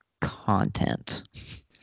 content